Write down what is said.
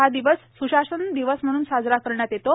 हा दिवस सुशासन दिवस म्हणून साजरा करण्यात येतो